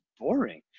boring